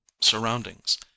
surroundings